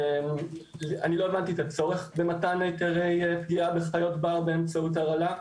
אני לא הבנתי את הצורך במתן היתרי פגיעה בחיות בר באמצעות הרעלה.